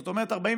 זאת אומרת,